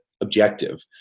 objective